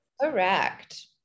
Correct